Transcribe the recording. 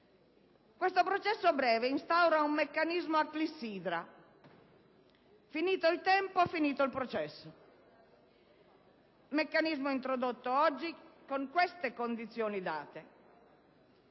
Questo processo breve instaura un meccanismo a clessidra: finito il tempo, finito il processo; meccanismo introdotto oggi, con queste condizioni date.